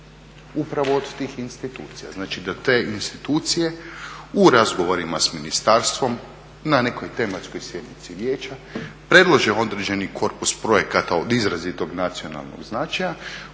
upravo od tih institucija. Znači da te institucije u razgovorima s ministarstvom na nekoj tematskoj sjednici vijeća predlože određeni korpus projekata od izrazitog nacionalnog značaja